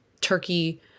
Turkey